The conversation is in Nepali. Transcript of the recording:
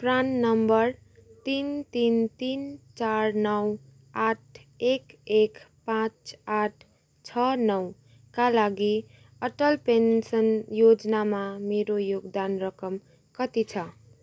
प्रान नम्बर तिन तिन तिन चार नौ आठ एक एक पाँच आठ छ नौका लागि अटल पेन्सन योजनामा मेरो योगदान रकम कति छ